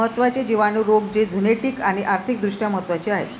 महत्त्वाचे जिवाणू रोग जे झुनोटिक आणि आर्थिक दृष्ट्या महत्वाचे आहेत